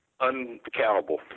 Uncountable